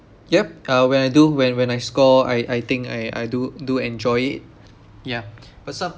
yup uh when I do when when I score I I think I I do do enjoy it yeah but some